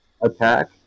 attack